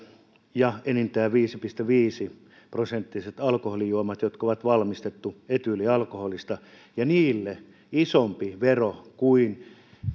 ja enintään viisi pilkku viisi prosenttiset alkoholijuomat jotka on valmistettu etyylialkoholista ja niille isompi vero kuin